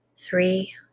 Three